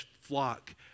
flock